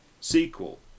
sequel